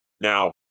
Now